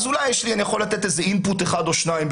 אני יכול לתת איזה אימפוט אחד או שניים.